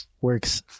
works